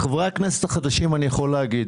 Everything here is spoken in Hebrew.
לחברי הכנסת החדשים אני יכול להגיד,